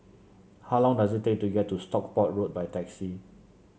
how long does it take to get to Stockport Road by taxi